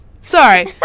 Sorry